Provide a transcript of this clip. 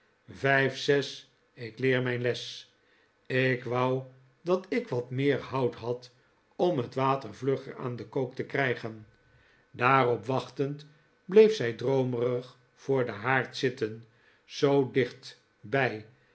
vijf zes ik leer mijn les ik wou dat ik wat meer liout had om het water vlugger aan den kook te krijgen daarop wachtend bleef zij droomerig voor den haard zitten zoo dichtbij